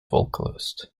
vocalist